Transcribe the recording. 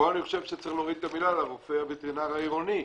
פה אני חושב שצריך להוריד את המילה "לרופא הווטרינר העירוני"